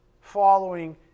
following